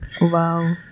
Wow